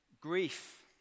Grief